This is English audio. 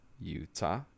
Utah